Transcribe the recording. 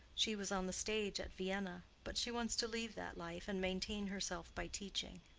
she was on the stage at vienna but she wants to leave that life, and maintain herself by teaching.